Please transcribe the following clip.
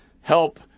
help